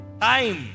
time